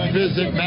visit